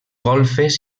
golfes